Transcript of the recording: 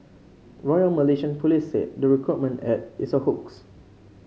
royal Malaysian Police said the recruitment ad is a hoax